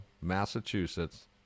Massachusetts